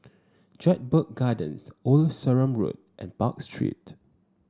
Jedburgh Gardens Old Sarum Road and Park Street